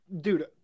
dude